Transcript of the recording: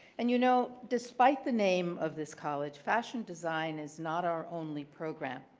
and you know, despite the name of this college, fashion design is not our only program.